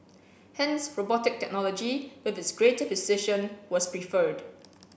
hence robotic technology with its greater precision was preferred